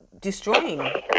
destroying